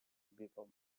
before